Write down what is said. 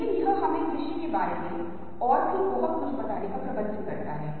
इसलिए रंग संस्कृतियों में महत्वपूर्ण भूमिका निभाते हैं फैशन उद्योग रंगों के विभिन्न बिंदुओं पर गौर करता है